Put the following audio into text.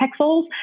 pixels